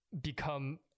become